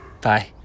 Bye